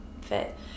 fit